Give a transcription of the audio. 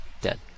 dead